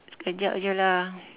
sekejap jer lah